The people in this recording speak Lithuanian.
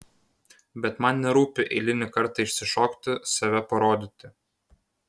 bet man nerūpi eilinį kartą išsišokti save parodyti